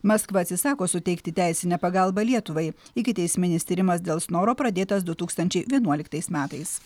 maskva atsisako suteikti teisinę pagalbą lietuvai ikiteisminis tyrimas dėl snoro pradėtas du tūkstančiai vienuoliktais metais